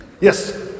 Yes